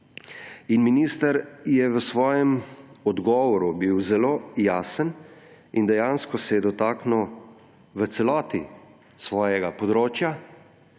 Minister je v svojem odgovoru bil zelo jasen in dejansko se je dotaknil v celoti svojega področja,